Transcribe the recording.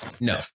no